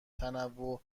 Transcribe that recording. تنوع